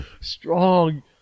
Strong